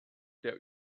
der